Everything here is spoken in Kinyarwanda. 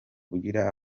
ugira